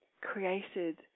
created